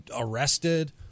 arrested